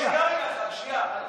שנייה אחת,